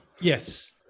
Yes